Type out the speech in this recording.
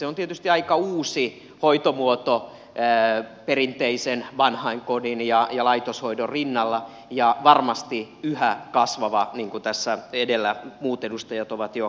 se on tietysti aika uusi hoitomuoto perinteisen vanhainkodin ja laitoshoidon rinnalla ja varmasti yhä kasvava niin kuin tässä edellä muut edustajat ovat jo kertoneet